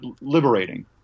liberating